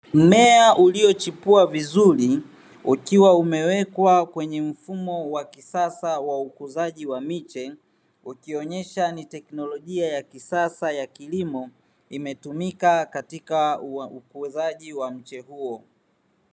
Mmea uliochipua vizuri ukiwa umewekwa kwenye mfumo wa kisasa wa ukuzaji wa miche ukionyesha ni teknolojia ya kisasa ya kilimo imetumika katika ukuzaji wa mche huo.